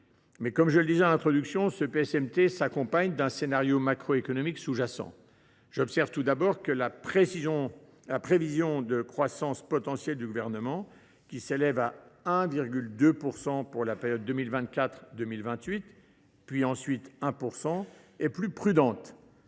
révisé. Comme je le disais en introduction, le PSMT s’accompagne d’un scénario macroéconomique sous jacent. Tout d’abord, j’observe que la prévision de croissance potentielle du Gouvernement, qui s’élève à 1,2 % pour la période 2024 2028, puis à 1 % ensuite, est plus prudente